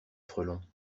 frelon